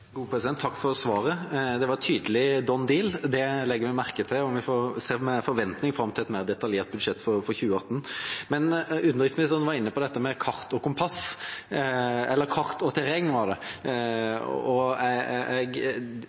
Takk for svaret. Det var tydelig en «done deal». Det legger vi merke til, og vi ser med forventning fram til et mer detaljert budsjett for 2018. Men utenriksministeren var inne på dette med kart og